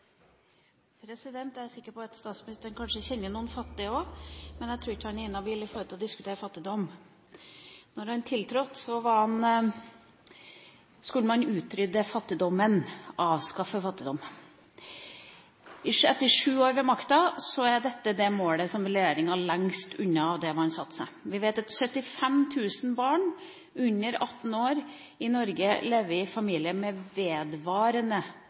sikker på at statsministeren kanskje kjenner noen fattige også, men jeg tror ikke han er inhabil når det gjelder å diskutere fattigdom. Da han tiltrådde, skulle han utrydde fattigdommen, avskaffe fattigdom. Etter sju år ved makta er dette det målet som regjeringa er lengst unna. Vi vet at 75 000 barn under 18 år i Norge lever i familier med vedvarende